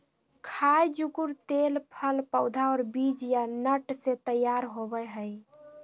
खाय जुकुर तेल फल पौधा और बीज या नट से तैयार होबय हइ